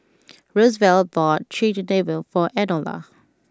Roosevelt bought Chigenabe for Enola